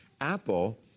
Apple